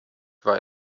war